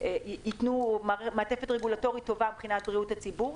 שייתנו מעטפת רגולטורית טובה מבחינת בריאות הציבור.